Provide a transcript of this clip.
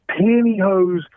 Pantyhose